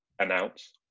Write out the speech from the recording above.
announce